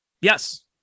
Yes